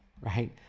right